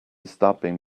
stopping